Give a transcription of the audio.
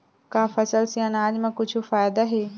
का फसल से आनाज मा कुछु फ़ायदा हे?